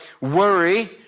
worry